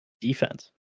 Defense